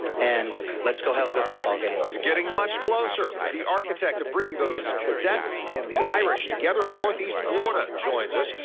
and let's go have a good football game. getting much closer. the ack tect to bring those cadets and the irish together in northeast florida joins us.